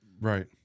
right